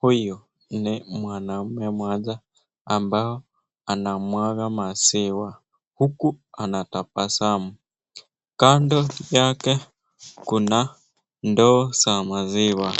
Huyu ni mwanaume mmoja ambaye anamwaga maziwa huku anatabasamu. Kando yake kuna ndoo za maziwa,